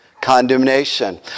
condemnation